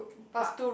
but